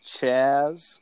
Chaz